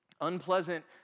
unpleasant